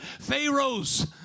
Pharaoh's